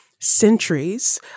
Centuries